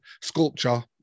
sculpture